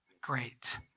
great